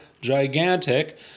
gigantic